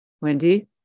Wendy